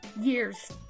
years